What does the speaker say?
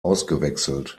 ausgewechselt